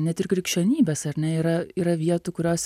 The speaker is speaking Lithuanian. net ir krikščionybės ar ne yra yra vietų kurios